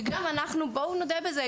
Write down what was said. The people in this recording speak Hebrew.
כי בואו נודה בזה,